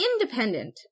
independent